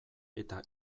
eta